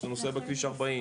שאתה נוסע בכביש 40,